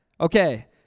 Okay